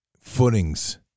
footings